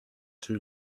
two